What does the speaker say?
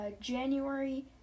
January